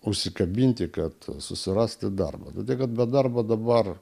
užsikabinti kad susirasti darbą todėl kad be darbo dabar